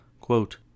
Quote